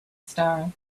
star